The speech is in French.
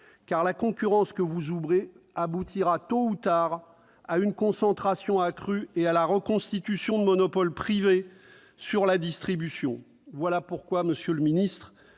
Car la concurrence que vous ouvrez aboutira tôt ou tard à une concentration accrue et à la reconstitution de monopoles privés sur la distribution. Voilà pourquoi, monsieur le ministre,